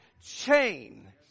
chain